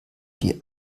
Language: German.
die